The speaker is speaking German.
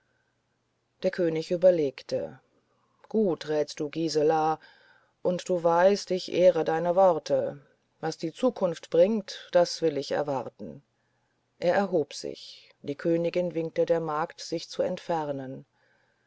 der könig überlegte gut rätst du gisela und du weißt ich ehre deine worte was die zukunft bringt das will ich erwarten er erhob sich die königin winkte der magd sich zu entfernen